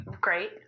Great